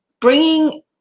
bringing